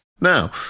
now